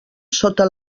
sota